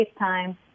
FaceTime